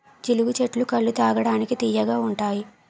జీలుగు చెట్టు కల్లు తాగడానికి తియ్యగా ఉంతాయి